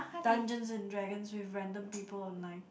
Dungeons and Dragons with random people online